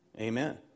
Amen